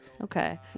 Okay